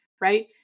right